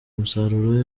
umusaruro